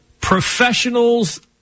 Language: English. professionals